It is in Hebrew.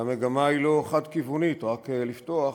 והמגמה היא לא חד-כיוונית רק לפתוח,